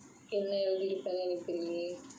என்ன எழுதி இருப்பேனு தெரிலையே:enna eluthi iruppaennu therilayae